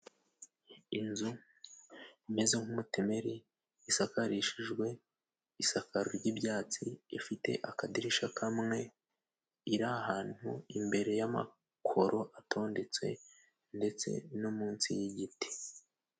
Inzu imeze nk'umutemeri, isakarishijwe isakaro ry'ibyatsi, ifite akadirisha kamwe, iri ahantu imbere y'amakoro atondetse ndetse no munsi y'igiti.